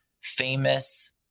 famous